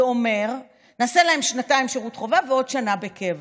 זה אומר: נעשה להם שנתיים שירות חובה ועוד שנה בקבע.